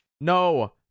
no